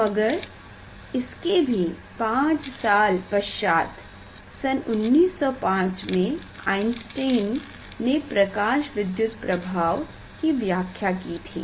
मगर इसके भी 5 साल पश्चात सन1905 में आइंस्टाइन ने प्रकाश विद्युत प्रभाव की व्याख्या की थी